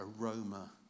aroma